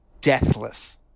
deathless